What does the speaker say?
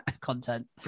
content